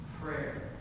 prayer